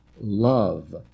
love